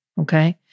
Okay